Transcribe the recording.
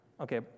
Okay